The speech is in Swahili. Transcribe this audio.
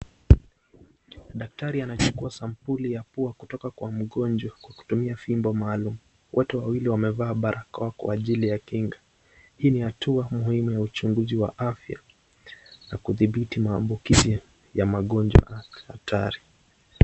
Daktari anachukua sampuli ya pua kutoka kwa mgonjwa kwa kutumia fimbo maalum. Wote wawili wamevaa barakoa kwa ajili ya kinga. Hii ni hatua muhimu ya uchunguzi wa afya na kudhibiti maambukizi ya magonjwa hatari.